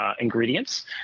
ingredients